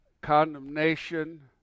condemnation